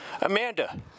Amanda